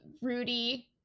Rudy